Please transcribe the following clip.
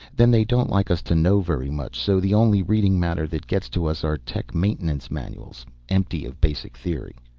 then they don't like us to know very much, so the only reading matter that gets to us are tech maintenance manuals, empty of basic theory.